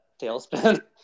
tailspin